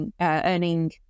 earning